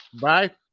bye